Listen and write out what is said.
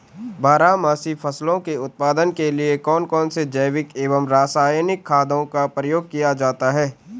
बारहमासी फसलों के उत्पादन के लिए कौन कौन से जैविक एवं रासायनिक खादों का प्रयोग किया जाता है?